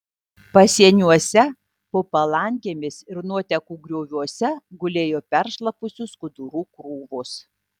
pasieniuose po palangėmis ir nuotekų grioviuose gulėjo peršlapusių skudurų krūvos